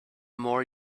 more